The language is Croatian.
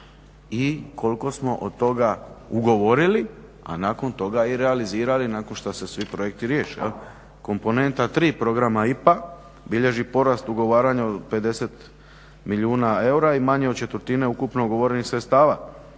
i koliko smo toga ugovorili, a nakon toga i realizirali nakon što se svi projekti riješe. Komponenta III programa IPA bilježi porast ugovaranja od 50 milijuna eura i manje od četvrtine ukupno ugovorenih sredstava.